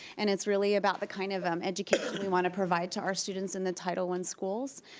and it's really about the kind of education we want to provide to our students in the title one schools.